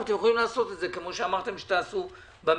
אתם יכולים לעשות את זה כמו שאמרתם שתעשו במעונות,